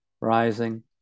rising